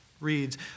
reads